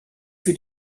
für